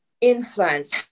Influence